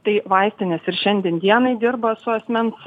tai vaistinės ir šiandien dienai dirba su asmens